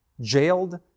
jailed